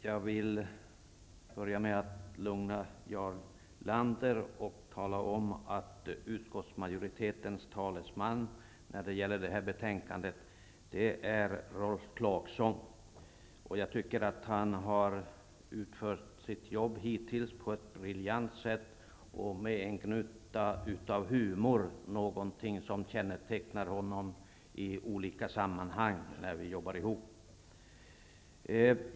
Jag vill börja med att lugna Jarl Lander och tala om att utskottsmajoritetens talesman när det gäller detta betänkande är Rolf Clarkson, och jag tycker att han hittills har utfört sitt jobb på ett briljant sätt och med en gnutta humor, något som kännetecknar honom i olika sammanhang när vi jobbar ihop.